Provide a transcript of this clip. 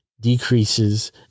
Decreases